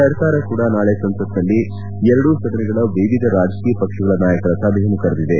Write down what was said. ಸರ್ಕಾರ ಕೂಡ ನಾಳೆ ಸಂಸತ್ ನಲ್ಲಿ ಎರಡೂ ಸದನಗಳ ವಿವಿಧ ರಾಜಕೀಯ ಪಕ್ಷಗಳ ನಾಯಕರ ಸಭೆಯನ್ನು ಕರೆದಿದೆ